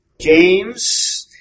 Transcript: James